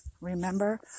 remember